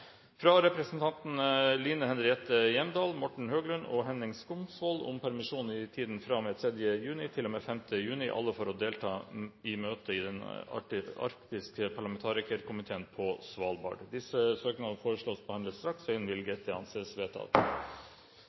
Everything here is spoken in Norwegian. fra representantene Line Henriette Hjemdal, Morten Høglund og Henning Skumsvoll om permisjon i tiden fra og med 3. juni til og med 5. juni for å delta i møte i Den arktiske parlamentarikerkomiteen på Svalbard Disse søknader foreslås behandlet straks og innvilget. – Det anses vedtatt.